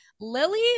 Lily